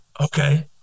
Okay